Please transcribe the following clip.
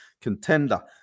Contender